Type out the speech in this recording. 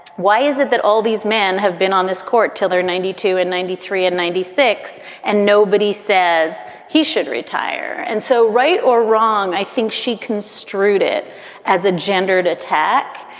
why is it that all these men have been on this court till they're ninety two and ninety three and ninety six and nobody says he should retire? and so, right or wrong, i think she construed it as a gendered attack.